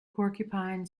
porcupine